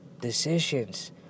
Decisions